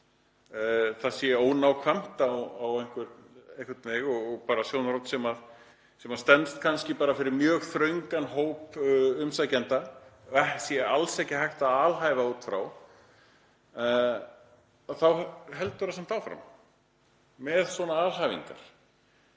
það sé ónákvæmt á einhvern veg og sjónarhorn sem stenst kannski bara fyrir mjög þröngan hóp umsækjenda, sem sé alls ekki hægt að alhæfa út frá, þá heldur hann samt áfram með svona alhæfingar.